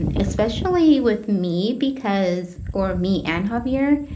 and especially with me because, or me and javier,